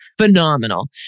phenomenal